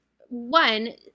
one